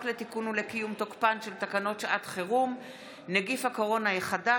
לתיקון ולקיום תוקפן של תקנות שעת חירום (נגיף הקורונה החדש,